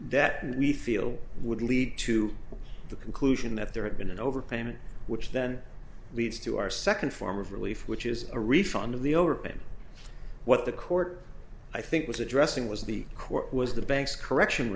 that we feel would lead to the conclusion that there had been an overpayment which then leads to our second form of relief which is a refund of the open what the court i think was addressing was the court was the bank's correction